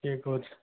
କିଏ କହୁଛ